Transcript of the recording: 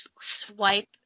swipe